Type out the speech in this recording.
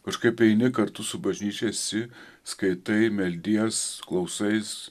kažkaip eini kartu su bažnyčia esi skaitai meldies klausais